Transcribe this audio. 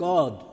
God